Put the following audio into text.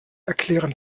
erklären